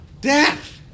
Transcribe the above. Death